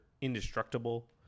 indestructible